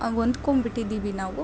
ಹೊಂದ್ಕೊಂಬಿಟ್ಟಿದ್ದೀವಿ ನಾವು